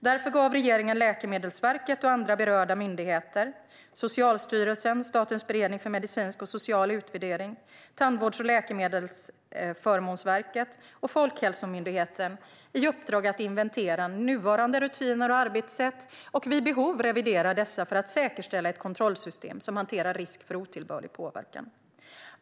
Därför gav regeringen Läkemedelsverket och andra berörda myndigheter - Socialstyrelsen och Statens beredning för medicinsk och social utvärdering, Tandvårds och läkemedelsförmånsverket och Folkhälsomyndigheten - i uppdrag att inventera nuvarande rutiner och arbetssätt och vid behov revidera dessa för att säkerställa ett kontrollsystem som hanterar risk för otillbörlig påverkan.